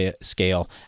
scale